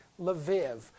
Lviv